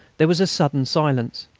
there was a sudden silence.